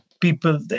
people